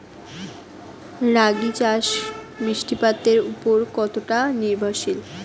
রাগী চাষ বৃষ্টিপাতের ওপর কতটা নির্ভরশীল?